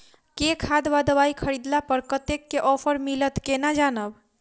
केँ खाद वा दवाई खरीदला पर कतेक केँ ऑफर मिलत केना जानब?